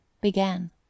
began